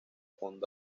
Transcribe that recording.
fondo